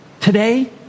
today